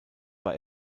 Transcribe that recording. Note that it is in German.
war